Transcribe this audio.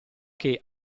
che